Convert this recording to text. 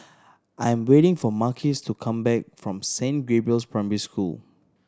I am waiting for Marquis to come back from Saint Gabriel's Primary School